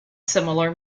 similar